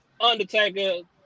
Undertaker